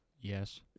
yes